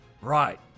right